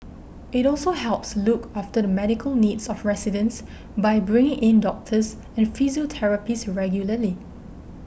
it also helps look after the medical needs of residents by bringing in doctors and physiotherapists regularly